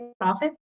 profit